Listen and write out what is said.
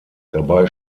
dabei